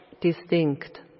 distinct